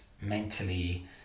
mentally